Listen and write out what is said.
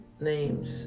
names